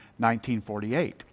1948